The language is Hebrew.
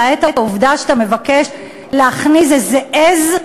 למעט העובדה שאתה מבקש להכניס איזה עז.